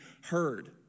heard